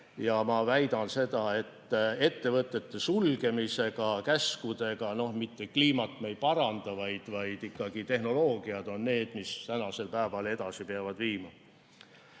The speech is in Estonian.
Ja ma väidan seda, et ettevõtete sulgemisega, käskudega me kliimat ei parandada. Ikkagi tehnoloogiad on need, mis tänasel päeval edasi peavad viima.